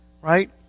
Right